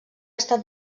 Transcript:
estat